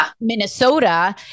Minnesota